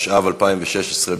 התשע"ו 2016,